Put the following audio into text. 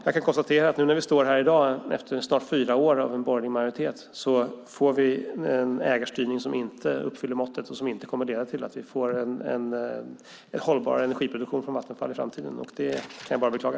Jag kan konstatera att när vi nu står här i dag efter snart fyra år av borgerlig majoritet får vi en ägarstyrning som inte uppfyller måttet och som inte kommer att leda till en hållbar energiproduktion från Vattenfall i framtiden. Det kan jag bara beklaga.